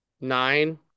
Nine